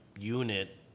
unit